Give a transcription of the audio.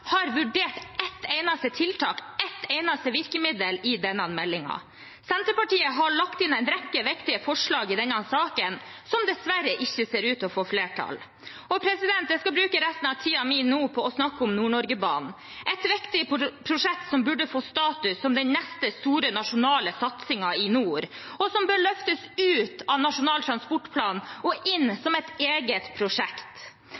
har vurdert ett eneste tiltak, ett eneste virkemiddel, i denne meldingen. Senterpartiet har lagt inn en rekke viktige forslag i denne saken, som dessverre ikke ser ut til å få flertall. Jeg skal bruke resten av tiden min nå til å snakke om Nord-Norgebanen, et viktig prosjekt som burde få status som den neste store nasjonale satsingen i nord og som bør løftes ut av Nasjonal transportplan og inn